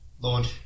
Lord